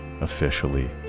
officially